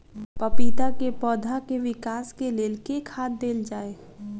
पपीता केँ पौधा केँ विकास केँ लेल केँ खाद देल जाए?